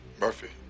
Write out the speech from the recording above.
Murphy